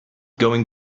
going